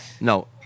No